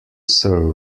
sir